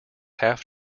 half